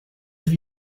have